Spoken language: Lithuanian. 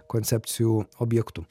koncepcijų objektu